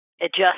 adjust